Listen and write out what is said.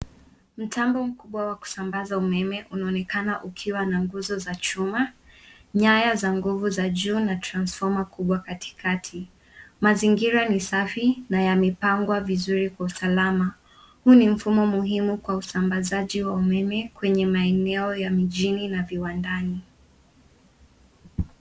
Mtambo mkubwa wa kusambaza umeme unaonekana ukiwa na nguzo za chuma, nyaya za nguvu za juu na transformer kubwa katikati. Mazingira ni safi na yamepangwa vizuri kwa usalama. Huu ni mfumo muhimu kwa usambazaji wa umeme kwenye maeneo ya mjini na viwandani.